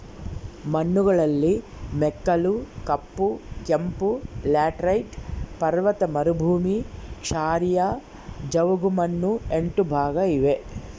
ಮಣ್ಣುಗಳಲ್ಲಿ ಮೆಕ್ಕಲು, ಕಪ್ಪು, ಕೆಂಪು, ಲ್ಯಾಟರೈಟ್, ಪರ್ವತ ಮರುಭೂಮಿ, ಕ್ಷಾರೀಯ, ಜವುಗುಮಣ್ಣು ಎಂಟು ಭಾಗ ಇವೆ